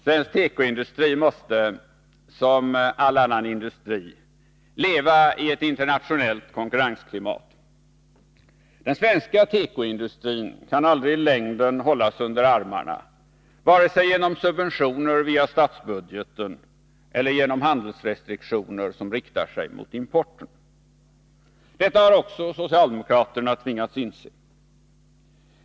Svensk tekoindustri måste — som all annan industri — leva i ett internationellt konkurrensklimat. Den svenska tekoindustrin kan aldrig i längden hållas under armarna vare sig genom subventioner via statsbudgeten eller genom handelsrestriktioner som riktar sig mot importen. Detta har också socialdemokraterna tvingats inse.